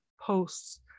posts